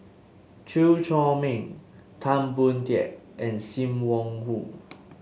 Chew Chor Meng Tan Boon Teik and Sim Wong Hoo